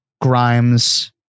Grimes